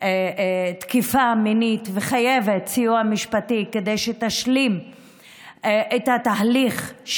תקיפה מינית וחייבת סיוע משפטי כדי שתשלים את התהליך,